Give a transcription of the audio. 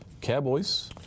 Cowboys